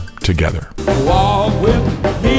together